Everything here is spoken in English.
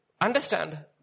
understand